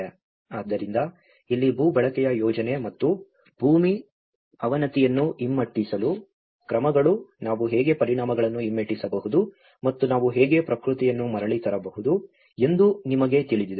ಆದ್ದರಿಂದ ಇಲ್ಲಿ ಭೂ ಬಳಕೆಯ ಯೋಜನೆ ಮತ್ತು ಭೂಮಿ ಅವನತಿಯನ್ನು ಹಿಮ್ಮೆಟ್ಟಿಸಲು ಕ್ರಮಗಳು ನಾವು ಹೇಗೆ ಪರಿಣಾಮಗಳನ್ನು ಹಿಮ್ಮೆಟ್ಟಿಸಬಹುದು ಮತ್ತು ನಾವು ಹೇಗೆ ಪ್ರಕೃತಿಯನ್ನು ಮರಳಿ ತರಬಹುದು ಎಂದು ನಿಮಗೆ ತಿಳಿದಿದೆ